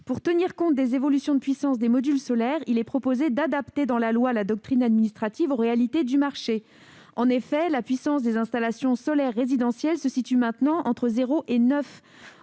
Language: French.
Pour tenir compte des évolutions de puissances des modules solaires, nous proposons d'adapter dans la loi la doctrine administrative aux réalités du marché. En effet, la puissance des installations solaires résidentielles se situe maintenant entre 0 et 9